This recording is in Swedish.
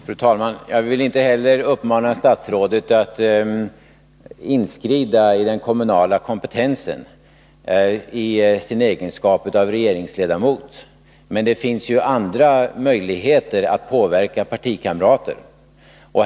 Fru talman! Jag vill inte uppmana statsrådet att inskrida i den kommunala kompetensen i sin egenskap av regeringsledamot, men det finns ju andra möjligheter att påverka partikamrater.